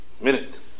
Minute